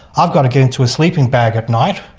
i've got to get into a sleeping bag at night,